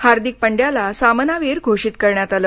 हार्दिक पंड्याला सामनावीर घोषित करण्यात आले